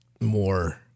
more